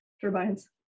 turbines